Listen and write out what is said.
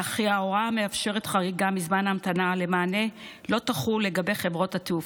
וההוראה המאפשרת חריגה מזמן ההמתנה למענה לא תחול לגבי חברות התעופה,